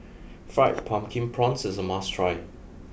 Fried Pumpkin Prawns is a must try